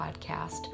podcast